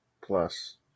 plus